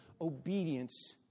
obedience